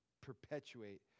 perpetuate